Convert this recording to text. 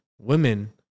women